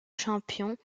champion